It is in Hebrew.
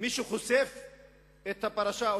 מי שחושף את הפרשה,